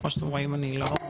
כמו שאתם רואים אני לא.